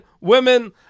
women